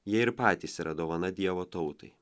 jie ir patys yra dovana dievo tautai